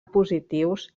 positius